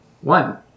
One